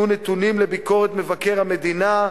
יהיו נתונים לביקורת מבקר המדינה,